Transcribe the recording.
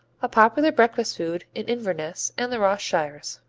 a popular breakfast food in inverness and the ross shires.